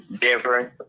different